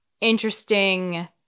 interesting